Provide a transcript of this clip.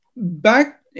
Back